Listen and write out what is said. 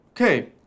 okay